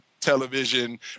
television